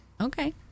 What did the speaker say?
Okay